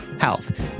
health